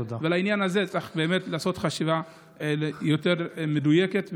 ובעניין הזה צריך לעשות חשיבה יותר מדויקת וארוכה.